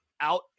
out